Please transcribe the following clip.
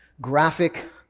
Graphic